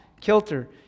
kilter